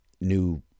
new